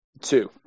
Two